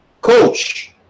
coach